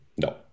No